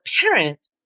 parent